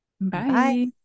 Bye